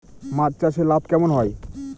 মাছ চাষে লাভ কেমন হয়?